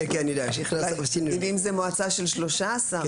אם זה מועצה של 13,